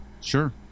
Sure